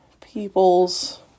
people's